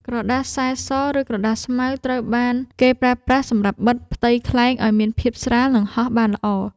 ក្រដាសសែស ឬក្រដាសស្មៅ ត្រូវបានគេប្រើប្រាស់សម្រាប់បិទផ្ទៃខ្លែងឱ្យមានភាពស្រាល និងហោះបានល្អ។